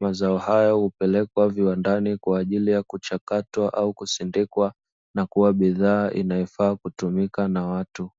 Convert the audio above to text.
Mazao haya hupelekwa viwandani kwa ajili ya kuchakatwa au kusindikwa, na kuwa bidhaa inayofaa kutumika na watu.